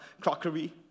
crockery